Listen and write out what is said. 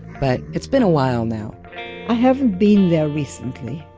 but it's been awhile now i haven't been there recently.